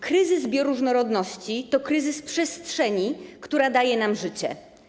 Kryzys bioróżnorodności to kryzys przestrzeni, która daje nam życie.